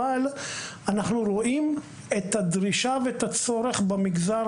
אבל אנחנו רואים את הדרישה ואת הצורך במגזר